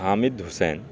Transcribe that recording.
Hamid Hussain